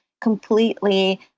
completely